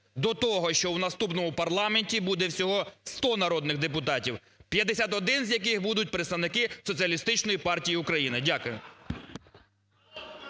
до того, що в наступному парламенті буде всього 100 народних депутатів, 51 з яких будуть представники Соціалістичної партії України. Дякую.